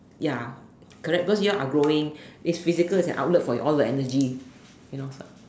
ya correct because your are growing is physical is an outlet for all your energy you know